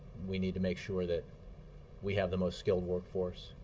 we need to make sure that we have the most skilled workforce,